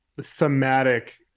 thematic